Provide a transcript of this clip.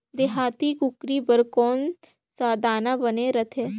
देहाती कुकरी बर कौन सा दाना बने रथे?